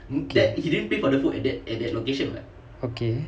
okay okay